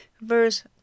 Verse